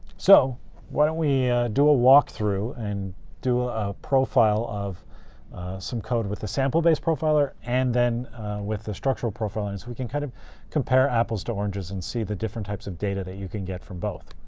so why don't we do a walkthrough and do ah a profile of some code with the sample-based profiler and then with the structural profiler, so we can kind of compare apples to oranges and see the different types of data that you can get from both.